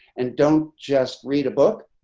and don't just read a book,